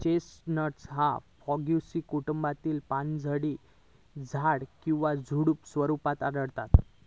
chestnut ह्या Fagaceae कुटुंबातला पानझडी झाड किंवा झुडुप स्वरूपात आढळता